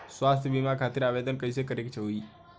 स्वास्थ्य बीमा खातिर आवेदन कइसे करे के होई?